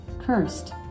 cursed